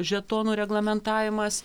žetonų reglamentavimas